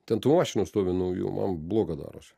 ten tų mašinų stovi naujų man bloga darosi